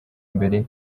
imbere